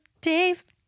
taste